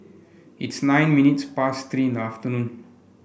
its nine minutes past Three in the afternoon